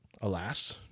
alas